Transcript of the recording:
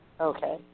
Okay